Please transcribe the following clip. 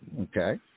Okay